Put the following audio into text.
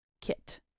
kit